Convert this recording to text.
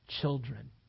children